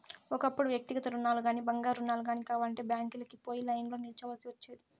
ఒకప్పుడు వ్యక్తిగత రుణాలుగానీ, బంగారు రుణాలు గానీ కావాలంటే బ్యాంకీలకి పోయి లైన్లో నిల్చోవల్సి ఒచ్చేది